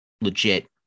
legit